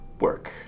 work